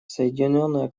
соединенное